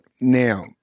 Now